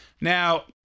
Now